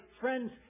friends